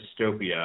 Dystopia